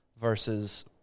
versus